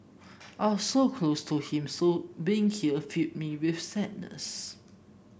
I were so close to him so being here fill me with sadness